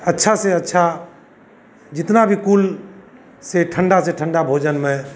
अच्छा से अच्छा जितना भी कूल से ठण्डा से ठण्डा भोजन मैं